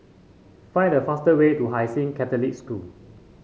find the faster way to Hai Sing Catholic School